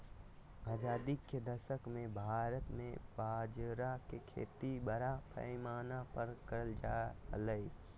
आजादी के दशक मे भारत मे बाजरा के खेती बड़ा पैमाना पर करल जा हलय